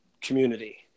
community